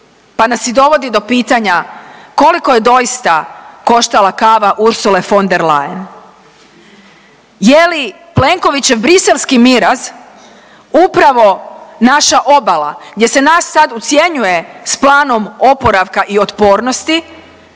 pa nas i dovodi do pitanja koliko je doista koštala kava Ursule von der Leyen? Je li Plenkovićev briselski miraz upravo naša obala gdje se nas sad ucjenjuje s planom oporavka i otpornosti